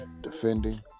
defending